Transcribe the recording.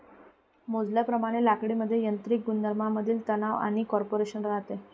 मोजल्याप्रमाणे लाकडीत यांत्रिक गुणधर्मांमधील तणाव आणि कॉम्प्रेशन राहते